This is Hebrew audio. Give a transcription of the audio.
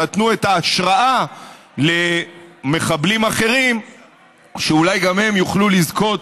נתנו את ההשראה למחבלים אחרים שאולי גם הם יוכלו לזכות,